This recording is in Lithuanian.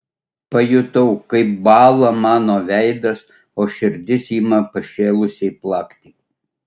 pajutau kaip bąla mano veidas o širdis ima pašėlusiai plakti